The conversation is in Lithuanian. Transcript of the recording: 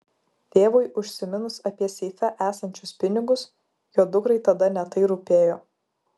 tėvui užsiminus apie seife esančius pinigus jo dukrai tada ne tai rūpėjo